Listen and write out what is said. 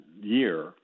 year